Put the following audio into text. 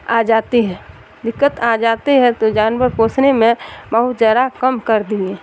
آ جاتی ہے دقت آ جاتے ہے تو جانور پوسنے میں بہت ذرا کم کر دیے